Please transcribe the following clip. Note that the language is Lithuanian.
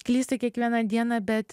klysta kiekvieną dieną bet